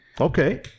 Okay